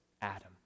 Adam